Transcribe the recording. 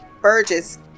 Burgess